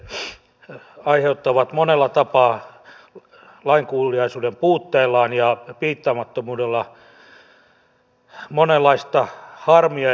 tällaiset ihmiset aiheuttavat monella tapaa lainkuuliaisuuden puutteellaan ja piittaamattomuudellaan monenlaista harmia